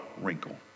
wrinkle